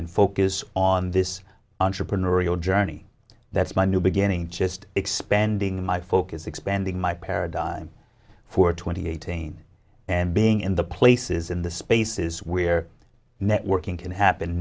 and focus on this entrepreneurial journey that's my new beginning just expanding my focus expanding my paradigm for twenty eighteen and being in the places in the spaces where networking can happen